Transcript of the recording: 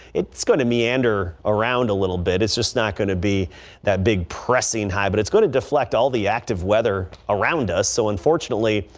it's going to meander around a little bit it's just not going to be that big pressing high, but it's going to deflect all the active weather around us so but